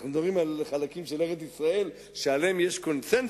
אנחנו מדברים על חלקים של ארץ-ישראל שעליהם יש קונסנזוס,